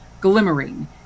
glimmering